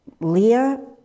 Leah